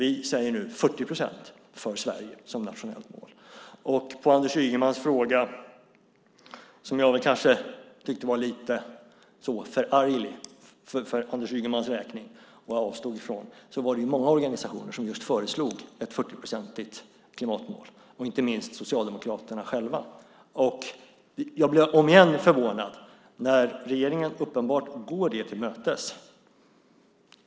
Vi talar nu om 40 procent som nationellt mål för Sverige. Beträffande Anders Ygemans fråga, som jag väl tycker var lite smått förarglig för Anders Ygemans räkning och som jag avstod från att bemöta, var det många organisationer och inte minst Socialdemokraterna själva som föreslog just ett 40-procentigt klimatmål. Jag blir återigen förvånad. Regeringen går uppenbart det målet till mötes.